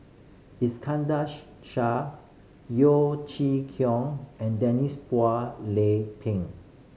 Iskandar Shah Yeo Chee Kiong and Denise Phua Lay Peng